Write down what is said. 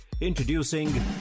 Introducing